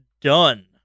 done